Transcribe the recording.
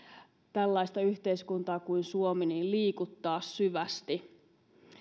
tällaista yhteiskuntaa kuin suomi liikuttaa syvästi